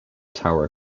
tower